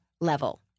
level